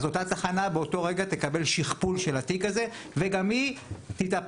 אז אותה תחנה באותו רגע תקבל שכפול של התיק הזה וגם היא תתהפך,